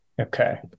Okay